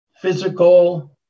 physical